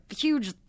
huge